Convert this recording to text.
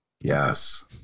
yes